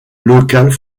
locales